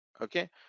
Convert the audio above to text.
okay